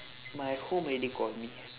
my home already call me